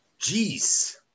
Jeez